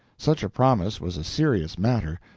such a promise was a serious matter,